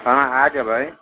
हँ आ जेबै